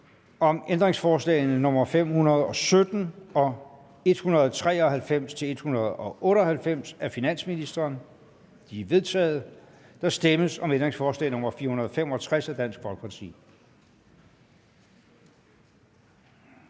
om ændringsforslag nr. 145 og 146 af finansministeren? De er vedtaget. Der stemmes om ændringsforslag nr. 460 af Det Konservative